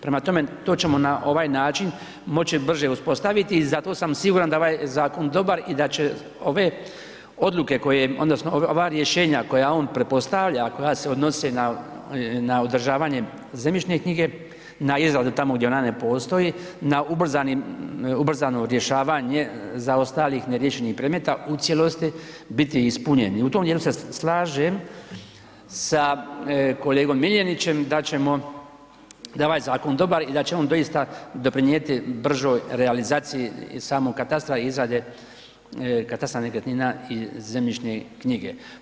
Prema tome, to ćemo na ovaj način moći brže uspostaviti i zato sam siguran da je ovaj zakon dobar i da će ove odluke odnosno ova rješenja koja on pretpostavlja a koja se odnose na održavanje zemljišne knjige, na ... tamo gdje ona ne postoji, na ubrzano rješavanje za ostalih neriješenih zaostalih neriješenih predmeta u cijelosti biti ispunjeni, u tom djelu se slažem sa kolegom Miljenićem da je ovaj zakon dobar i da će on doista doprinijeti bržoj realizaciji samog katastra izrade, katastra nekretnina i zemljišne knjige.